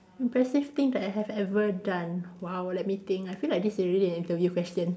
impressive thing that I have ever done !wow! let me think I feel like this is really an interview question